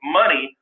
money